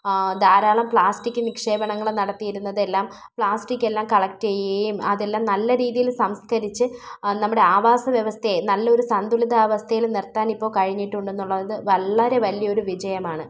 ധാരാളം പ്ലാസ്റ്റിക് നിക്ഷേപണങ്ങൾ നടത്തിയിരുന്നത് എല്ലാം പ്ലാസ്റ്റിക് എല്ലാം കളക്ട് ചെയ്യുകയും അത് എല്ലാം നല്ല രീതിയിൽ സംസ്ക്കരിച്ച് നമ്മുടെ ആവാസ വ്യവസ്ഥയെ നല്ലൊരു സന്തുലിതാവസ്ഥയില് നിര്ത്താന് ഇപ്പോൾ കഴിഞ്ഞിട്ടുണ്ടെന്നുള്ളത് വളരെ വലിയൊരു വിജയമാണ്